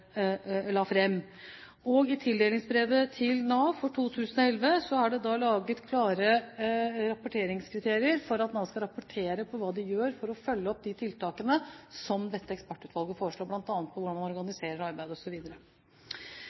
det laget klare rapporteringskriterier for å rapportere om hva de gjør for å følge opp de tiltakene som dette ekspertutvalget foreslår, bl.a. hvordan man organiserer